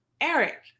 Eric